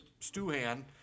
Stuhan